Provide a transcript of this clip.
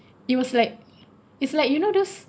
it was like it's like you know those